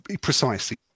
precisely